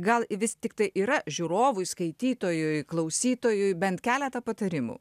gal vis tiktai yra žiūrovui skaitytojui klausytojui bent keletą patarimų